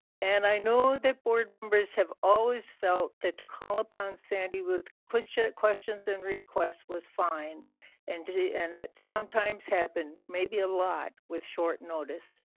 and i know that board numbers have always felt that to call upon sandy with questions questions and requests was fine and and that sometimes happened, maybe a lot, with short notice.